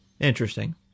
Interesting